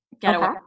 getaway